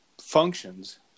functions